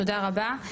תודה רבה.